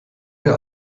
der